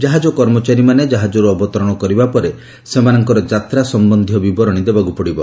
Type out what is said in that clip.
ଜାହାଜ କର୍ମଚାରୀମାନେ ଜାହାଜରୁ ଅବତରଣ କରିବା ପରେ ସେମାନଙ୍କର ଯାତ୍ରା ସମ୍ପନ୍ଧୀୟ ବିବରଣୀ ଦେବାକୁ ପଡିବ